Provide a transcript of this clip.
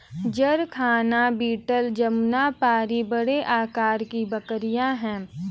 जरखाना बीटल जमुनापारी बड़े आकार की बकरियाँ हैं